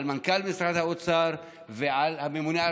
על מנכ"ל משרד האוצר ועל הממונה על